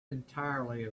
entirely